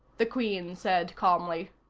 the queen said calmly.